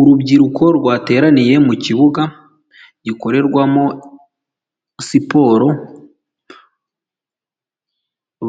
Urubyiruko rwateraniye mu kibuga gikorerwamo siporo,